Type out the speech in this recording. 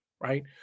Right